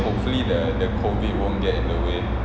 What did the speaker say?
hopefully the COVID won't get in the way